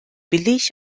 billig